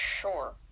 sure